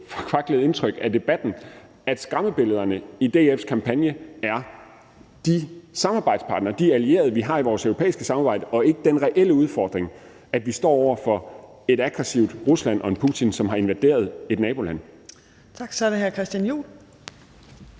forkvaklet indtryk af debatten, at skræmmebillederne i DF's kampagne er de samarbejdspartnere og allierede, vi har i vores europæiske samarbejde, og ikke den reelle udfordring, nemlig at vi står over for et aggressivt Rusland og en Putin, som har invaderet et naboland. Kl. 14:47 Tredje næstformand